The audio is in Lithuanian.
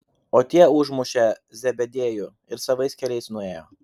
o tie užmušė zebediejų ir savais keliais nuėjo